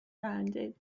rounded